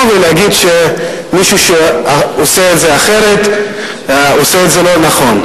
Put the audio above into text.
ולהגיד שמי שעושה את זה אחרת עושה את זה לא נכון.